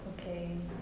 okay